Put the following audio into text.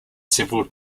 several